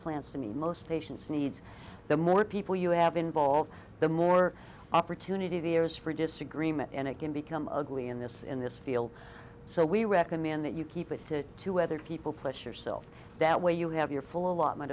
plants to me most patients needs the more people you have involved the more opportunity there is for disagreement and it can become ugly in this in this field so we recommend that you keep it to two other people place yourself that way you have your